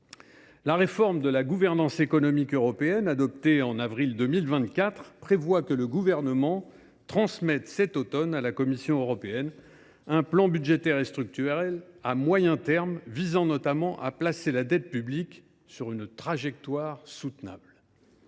la réforme de la gouvernance économique européenne, adoptée en avril 2024, prévoit que le Gouvernement transmette cet automne à la Commission européenne un plan budgétaire et structurel à moyen terme visant, notamment, à placer la dette publique sur une trajectoire soutenable.